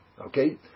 Okay